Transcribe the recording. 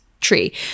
tree